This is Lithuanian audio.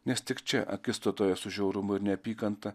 nes tik čia akistatoje su žiaurumu ir neapykanta